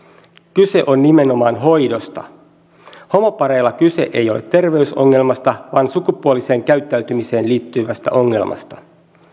kyse on nimenomaan hoidosta homopareilla kyse ei ole terveysongelmasta vaan sukupuoliseen käyttäytymiseen liittyvästä ongelmasta